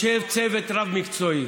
יושב צוות רב-מקצועי